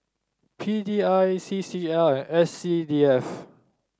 P D I C C L and S C D F